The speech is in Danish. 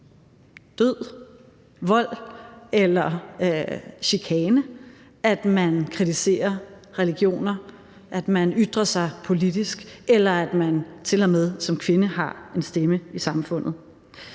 død, vold eller chikane, at man kritiserer religioner, at man ytrer sig politisk, eller at man til og med som kvinde har en stemme i samfundet.